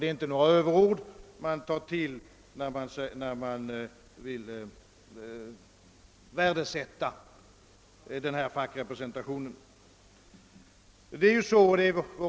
Det är inga Överord att säga det, när man försöker värdesätta fackrepresentationen.